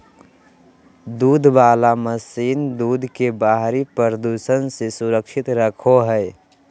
दूध वला मशीन दूध के बाहरी प्रदूषण से सुरक्षित रखो हइ